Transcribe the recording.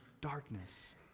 darkness